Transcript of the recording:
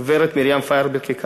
הגברת מרים פיירברג-איכר,